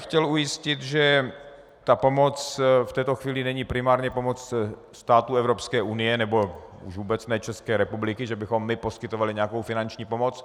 Chtěl bych ujistit, že pomoc není v této chvíli primárně pomoc států Evropské unie, nebo už vůbec ne České republiky, že bychom my poskytovali nějakou finanční pomoc.